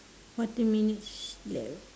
fourteen minutes left